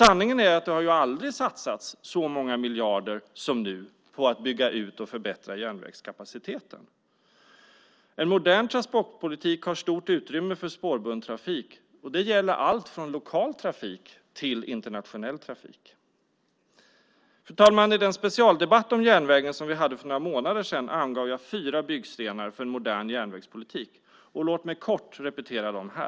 Sanningen är att det aldrig har satsats så många miljarder som nu på att bygga ut och förbättra järnvägskapaciteten. En modern transportpolitik har stort utrymme för spårbunden trafik, och det gäller allt från lokal trafik till internationell trafik. Fru talman! I den specialdebatt om järnvägen som vi hade för några månader sedan angav jag fyra byggstenar för en modern järnvägspolitik. Låt mig kort repetera dem här.